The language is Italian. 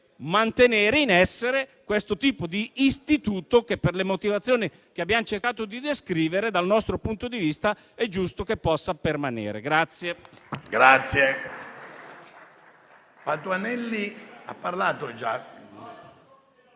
mantenere in essere questo istituto che, per le motivazioni che abbiamo cercato di descrivere, dal nostro punto di vista è giusto che possa permanere.